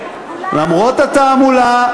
למרות התעמולה,